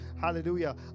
Hallelujah